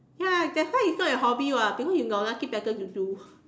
ya that's why is not your hobby [what] because you got nothing better to do